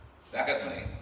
Secondly